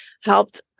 helped